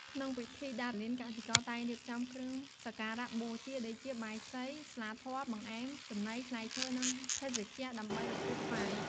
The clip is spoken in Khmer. ក្នុងពិធីដារលាន កសិករតែងរៀបចំ គ្រឿងសក្ការៈបូជា ដូចជា បាយសី ស្លាធម៌ បង្អែម ចំណី ផ្លែឈើ និងភេសជ្ជៈ ដើម្បីឧទ្ទិសថ្វាយ។